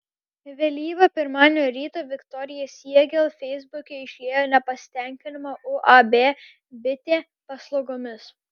vėlyvą pirmadienio rytą viktorija siegel feisbuke išliejo nepasitenkinimą uab bitė paslaugomis